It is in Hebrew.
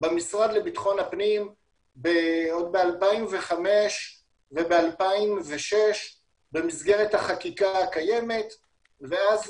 במשרד לביטחון הפנים עוד ב-2005 ו-2006 במסגרת החקיקה הקיימת ואז